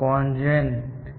CONGENને